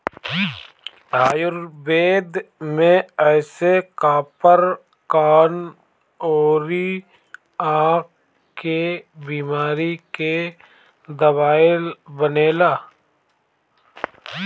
आयुर्वेद में एसे कपार, कान अउरी आंख के बेमारी के दवाई बनेला